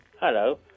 Hello